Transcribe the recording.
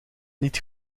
niet